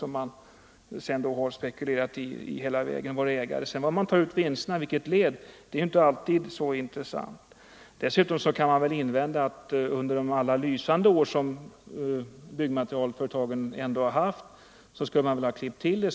Man är alltså ägare hela vägen och gör spekulationer. I vilket led man sedan tar ut vinsterna är ju inte alltid så intressant. Dessutom kan det invändas att under alla de lysande år som byggmaterialföretagen ändå haft skulle man ha klippt till.